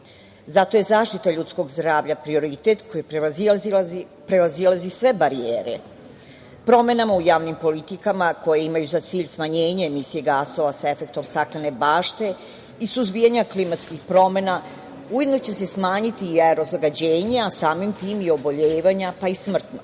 Zato je zaštita ljudskog zdravlja prioritet koji prevazilazi sve barijere. Promenama u javnim politikama koje imaju za cilj smanjenje emisije gasova sa efektom "staklene bašte" i suzbijanja klimatskih promena, ujedno će se smanjiti i aerozagađenje, a samim tim i oboljevanja, pa i smrtnost. Da